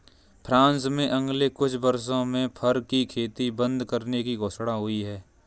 France में अगले कुछ वर्षों में फर की खेती बंद करने की घोषणा हुई है